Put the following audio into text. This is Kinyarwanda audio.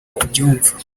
ubyumva